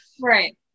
right